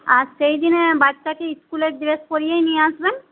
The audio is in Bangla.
আর সেইদিনে বাচ্চাকে স্কুলের ড্রেস পরিয়েই নিয়ে আসবেন